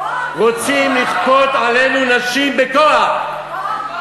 רוצים לכפות עלינו נשים בכוח, בכוח.